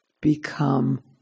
become